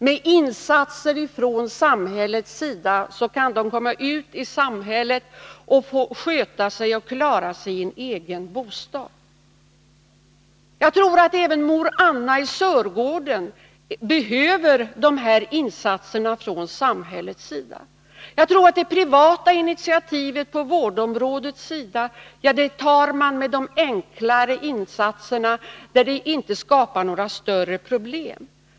Med insatser från samhällets sida kan de komma ut i samhället och klara sig i en egen bostad. Även mor Anna i Sörgården behöver de här insatserna från samhällets sida. Jag tror att de privata initiativen på vårdområdet gäller enklare insatser, där det inte föreligger några större problem.